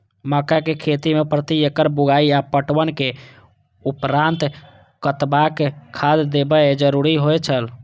मक्का के खेती में प्रति एकड़ बुआई आ पटवनक उपरांत कतबाक खाद देयब जरुरी होय छल?